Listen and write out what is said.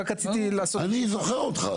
רק רציתי ל --- אני זוכר אותך,